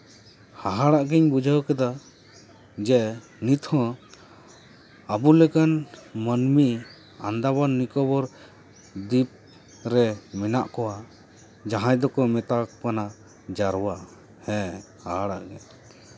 ᱦᱟᱦᱟᱲᱟᱜ ᱜᱮᱧ ᱵᱩᱡᱷᱟᱹᱣ ᱠᱮᱫᱟ ᱡᱮ ᱱᱤᱛ ᱦᱚᱸ ᱟᱵᱚ ᱞᱮᱠᱟᱱ ᱢᱟᱹᱱᱢᱤ ᱟᱱᱫᱟᱢᱟᱱ ᱱᱤᱠᱳᱵᱚᱨ ᱫᱤᱯ ᱨᱮ ᱢᱮᱱᱟᱜ ᱠᱚᱣᱟ ᱡᱟᱦᱟᱸᱭ ᱫᱚᱠᱚ ᱢᱮᱛᱟ ᱠᱚ ᱠᱟᱱᱟ ᱡᱟᱣᱨᱟ ᱦᱮᱸ ᱦᱟᱦᱟᱲᱟᱜ ᱜᱮ